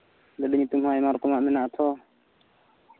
ᱜᱟᱹᱰᱤ ᱧᱩᱛᱩᱢ ᱦᱚᱸ ᱟᱭᱢᱟ ᱨᱚᱠᱚᱢᱟᱜ ᱢᱮᱱᱟᱜᱼᱟ ᱛᱷᱚ